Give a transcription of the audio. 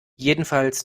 jedenfalls